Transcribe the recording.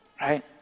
right